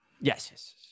yes